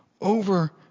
over